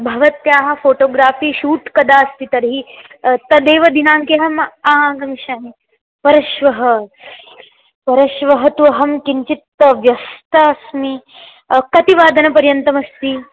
भवत्याः photography shoot कदास्ति तर्हि तदेव दिनाङ्के अहम् आगमिष्यामि परश्वः परश्वः तु अहं किञ्चित् व्यस्था अस्मि कति वादनपर्यन्तमस्ति